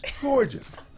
gorgeous